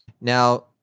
Now